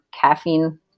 caffeine –